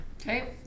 Okay